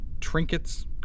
trinkets